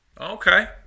okay